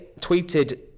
tweeted